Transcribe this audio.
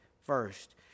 first